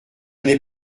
n’ai